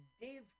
Dave